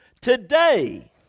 Today